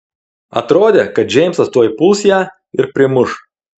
atrodė kad džeimsas tuoj puls ją ir primuš